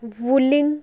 Wuling